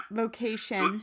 location